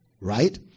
right